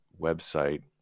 website